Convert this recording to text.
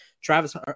Travis